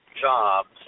jobs